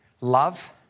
love